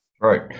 Right